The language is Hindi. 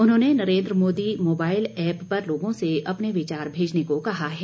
उन्होंने नरेन्द्र मोदी मोबाइल ऐप पर लोगों से अपने विचार भेजने को कहा है